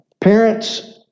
Parents